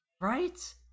Right